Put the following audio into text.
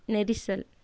நெரிசல்